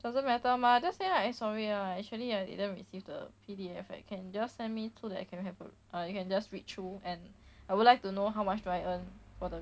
doesn't matter mah just say like sorry lah actually I didn't receive the P_D_F leh can just send me so that I can have uh uh I can just read through and I would like to know how much do I earn for the